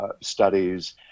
studies